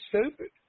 stupid